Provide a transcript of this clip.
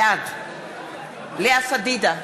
בעד לאה פדידה,